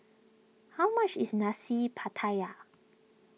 how much is Nasi Pattaya